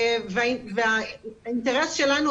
והאינטרס שלנו,